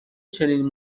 چنین